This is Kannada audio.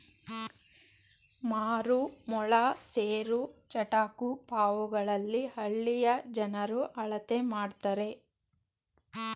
ಮಾರು, ಮೊಳ, ಸೇರು, ಚಟಾಕು ಪಾವುಗಳಲ್ಲಿ ಹಳ್ಳಿಯ ಜನರು ಅಳತೆ ಮಾಡ್ತರೆ